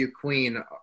queen